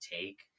take